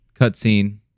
cutscene